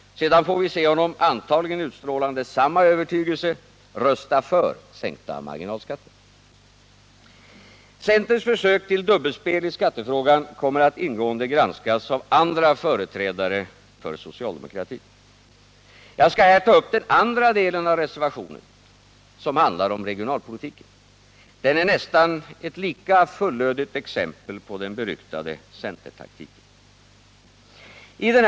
Sedan får vi se honom, antagligen utstrålande samma övertygelse, rösta för sänkta marginalskatter. Centerns försök till dubbelspel i skattefrågan kommer att ingående granskas av andra företrädare för socialdemokratin. Jag skall här ta upp den andra delen av reservationen, som handlar om regionalpolitiken. Den är ett nästan lika fullödigt exempel på den beryktade centertaktiken.